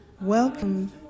Welcome